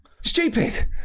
stupid